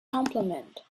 complement